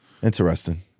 interesting